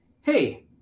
Hey